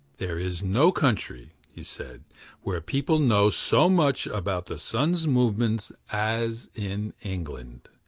there is no country, he said where people know so much about the sun's movements as in england.